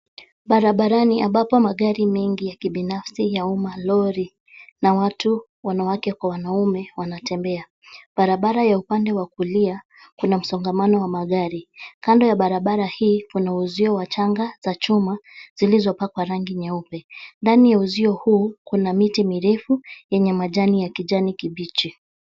Barabarani ambapo magari mengi ya kibinafsi, ya umma, lori na watu wanawake kwa wanaume wanatembea. Barabara ya upande wa kulia kuna msongamano wa magari. Kando ya barabara hii kuna uzio wa changa za chuma zilizopakwa rangi nyeupe. Ndani ya uzio huu, kuna miti mirefu yenye majani ya kijani kibichi.